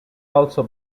also